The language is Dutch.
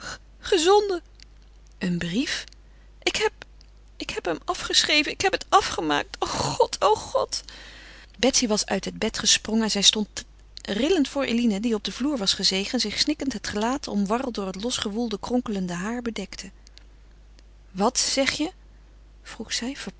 gezonden een brief ik heb ik heb hem afgeschreven ik heb het afgemaakt o god o god betsy was uit het bed gesprongen en zij stond rillend voor eline die op den vloer was gezegen en zich snikkend het gelaat omwarreld door het losgewoelde kronkelende haar bedekte wat zeg je vroeg zij